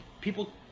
people